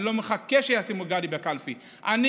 אני